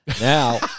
Now